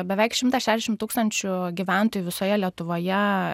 beveik šimtas šešiasdešimt tūkstančių gyventojų visoje lietuvoje